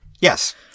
Yes